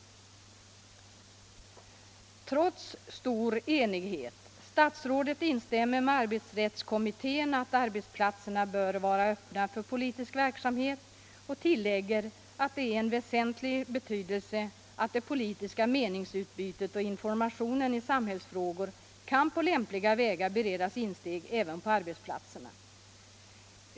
Det råder stor enighet i frågan — statsrådet instämmer med arbetsrättskommittén i uppfattningen att arbetsplatserna bör vara öppna för politisk verksamhet och tillägger att det är av väsentlig betydelse att det politiska meningsutbytet och information i samhällsfrågor kan på lämpliga vägar beredas insteg även på arbetsplatserna.